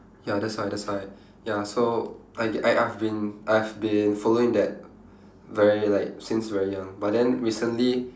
ya that's why that's why ya so I I I've been I've been following that very like since very young but then recently